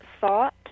thought